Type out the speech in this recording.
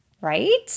right